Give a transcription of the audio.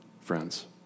friends